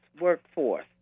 workforce